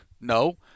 No